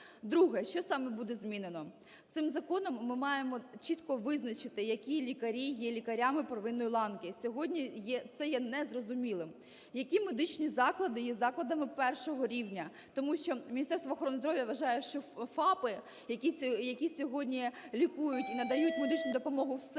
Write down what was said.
Друге: що саме буде змінено. Цим законом ми маємо чітко визначити, які лікарі є лікарями первинної ланки. Сьогодні це є незрозумілим. Які медичні заклади є закладами першого рівня, тому що Міністерство охорони здоров'я вважає, що ФАПи, які сьогодні лікують і надають медичну допомогу в селах,